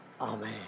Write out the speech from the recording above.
Amen